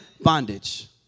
bondage